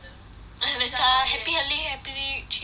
ha 她 happy heli~ happily 去吃